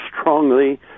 strongly